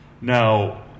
Now